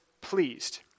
pleased